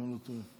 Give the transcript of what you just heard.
אם אני לא טועה,